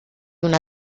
una